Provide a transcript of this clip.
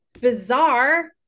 bizarre